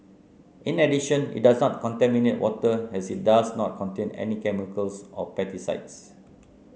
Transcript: in addition it does not contaminate water as it does not contain any chemicals or pesticides